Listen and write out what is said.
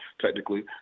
technically